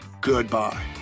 goodbye